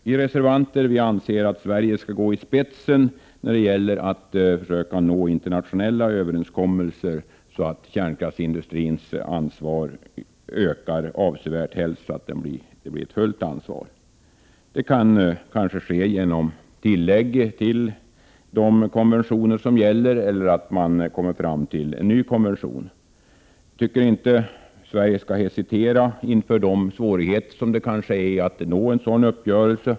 Vi reservanter anser att Sverige skall gå i spetsen när det gäller att försöka nå internationella överenskommelser om att kärnkraftsindustrins ansvar skall öka avsevärt, helst så att det blir ett fullt ansvar. Detta kan kanske ske genom tillägg till de konventioner som redan gäller eller genom att man kommer fram till en ny konvention. Jag tycker inte att Sverige skall hesitera inför de svårigheter som kan föreligga att nå en sådan uppgörelse.